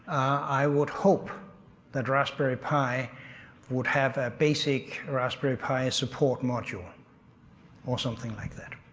i would hope that raspberry pi would have a basic raspberry pi support module or something like that.